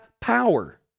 power